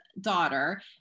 daughter